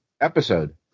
episode